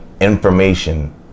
information